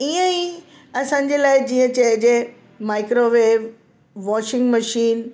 ईअं ई असांजे लाइ जीअं चइजे माइक्रोवेव वॉशिंग मशीन